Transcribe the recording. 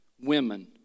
women